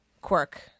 quirk